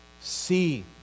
See